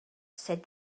said